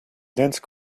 dense